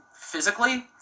physically